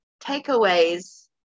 takeaways